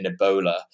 Ebola